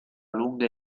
lunga